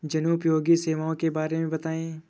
जनोपयोगी सेवाओं के बारे में बताएँ?